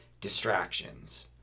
distractions